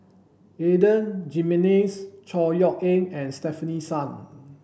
Adan Jimenez Chor Yeok Eng and Stefanie Sun